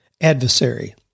adversary